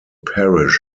parish